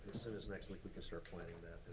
soon as next week, we can start planning that